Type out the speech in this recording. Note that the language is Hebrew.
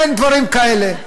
אין דברים כאלה.